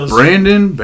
Brandon